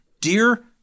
Dear